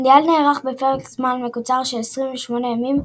המונדיאל נערך בפרק זמן מקוצר של 29 ימים,